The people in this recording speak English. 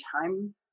time